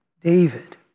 David